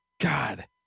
God